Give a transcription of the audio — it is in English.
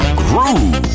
groove